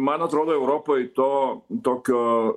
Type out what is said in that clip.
man atrodo europoj to tokio